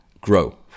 grow